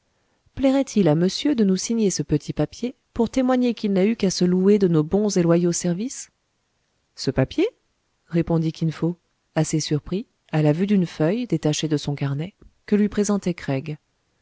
plairait-il à monsieur de nous signer ce petit papier pour témoigner qu'il n'a eu qu'à se louer de nos bons et loyaux services ce papier répondit kin fo assez surpris à la vue d'une feuille détachée de son carnet que lui présentait craig